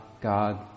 God